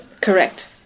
Correct